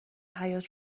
حیاط